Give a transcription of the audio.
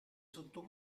sotto